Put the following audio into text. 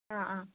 അ അ